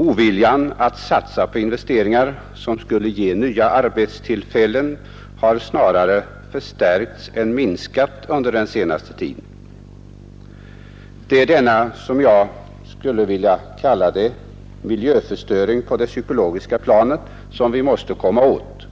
Oviljan att satsa på investeringar som skulle ge nya arbetstillfällen har snarare förstärkts än minskat under den senaste tiden. Det är denna miljöförstöring på det psykologiska planet — jag vill kalla den så — vi måste komma åt.